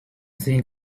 think